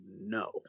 no